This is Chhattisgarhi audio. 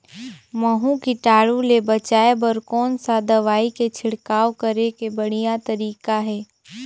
महू कीटाणु ले बचाय बर कोन सा दवाई के छिड़काव करे के बढ़िया तरीका हे?